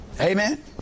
Amen